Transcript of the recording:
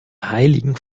heiligen